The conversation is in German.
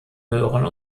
möhren